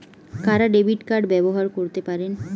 কারা debit card ব্যবহার করতে পারেন?